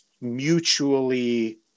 mutually